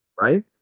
Right